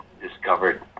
discovered